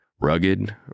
Rugged